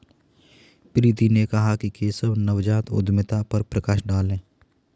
प्रीति ने कहा कि केशव नवजात उद्यमिता पर प्रकाश डालें